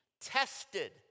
tested